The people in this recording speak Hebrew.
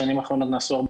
ובשנים האחרונות נעשו הרבה